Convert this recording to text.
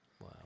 Wow